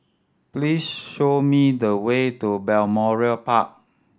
please show me the way to Balmoral Park